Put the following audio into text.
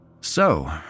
So